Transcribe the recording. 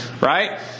Right